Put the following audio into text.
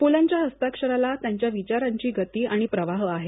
पुलंच्या हस्ताक्षराला त्यांच्या विचारांची गती आणि प्रवाह आहे